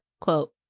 quote